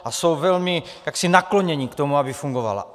A jsou velmi jaksi nakloněni tomu, aby fungovala.